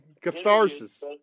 Catharsis